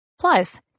Plus